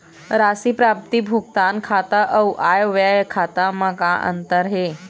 राशि प्राप्ति भुगतान खाता अऊ आय व्यय खाते म का अंतर हे?